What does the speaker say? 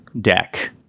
deck